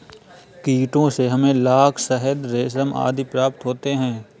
कीटों से हमें लाख, शहद, रेशम आदि प्राप्त होते हैं